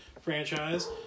franchise